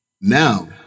Now